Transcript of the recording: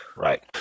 Right